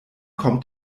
kommt